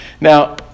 Now